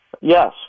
Yes